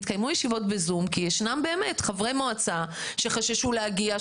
התקיימו ישיבות ב-זום כי ישנם באמת חברי מועצה שחששו להגיע,